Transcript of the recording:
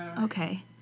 okay